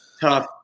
tough